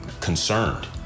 concerned